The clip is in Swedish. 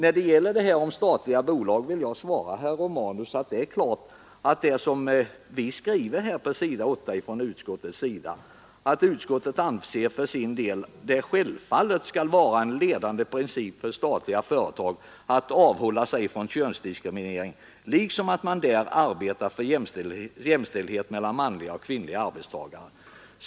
I fråga om statliga bolag vill jag svara herr Romanus att det är klart att det är en viljeinriktning från utskottets sida när vi skriver på s. 8: ”Utskottet anser för sin del att det självfallet skall vara en ledande princip för de statliga företagen att avhålla sig från könsdiskriminering liksom att man där arbetar för jämställdhet mellan manliga och kvinnliga arbetstagare.